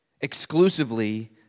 Exclusively